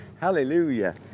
Hallelujah